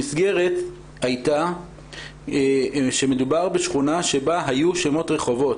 המסגרת הייתה שמדובר בשכונה שבה היו שמות רחובות,